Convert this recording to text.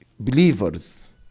believers